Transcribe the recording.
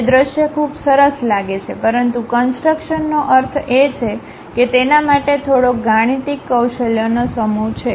તે દ્રશ્ય ખૂબ સરસ લાગે છે પરંતુ કન્સટ્રક્શનનો અર્થ એ છે કે તેના માટે થોડોક ગાણિતિક કૌશલ્યનો સમૂહ છે